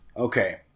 Okay